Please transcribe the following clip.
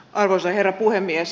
arvoisa herra puhemies